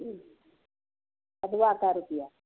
कदुआ कै रुपैआ